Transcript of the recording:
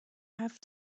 have